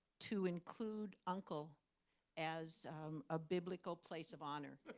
to include uncle as a biblical place of honor.